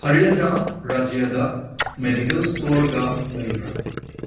ꯍꯔꯤꯌꯥꯅꯥ ꯔꯥꯖ꯭ꯌꯗ ꯃꯦꯗꯤꯀꯦꯜ ꯁ꯭ꯇꯣꯔꯒ ꯂꯩꯕꯔ